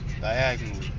Diagonally